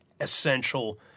essential